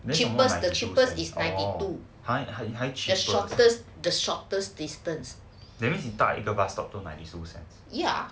cheapest the cheapest is ninety two the shortest distance ya